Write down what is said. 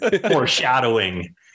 foreshadowing